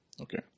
Okay